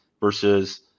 versus